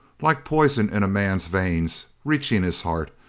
like poison in a man's veins, reaching his heart,